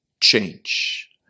change